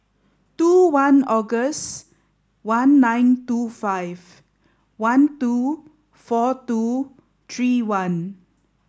two one August one nine two five one two four two three one